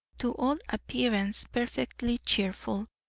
to all appearance, perfectly cheerful.